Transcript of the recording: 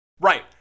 Right